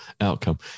outcome